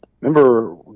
Remember